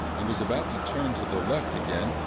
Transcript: and was about to turn to the left again,